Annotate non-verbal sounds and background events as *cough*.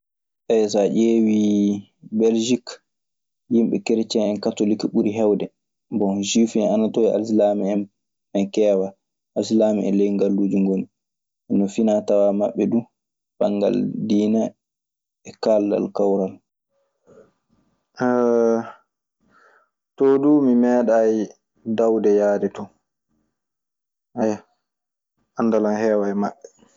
*hesitation* So a ƴeewii Belsik, yimɓe kerecien en catolik ɓuri heewde. Bon, suif en ana ton e alsilaame en keewaa. Alsilaame en ley ngalluuji ngoni. Hono finaa tawaa maɓɓe duu banngal diina e kaaldal kawral. *hesitation* too du mi meeɗay dawde yaade ton. Aya, anndal an heewa e maɓɓe.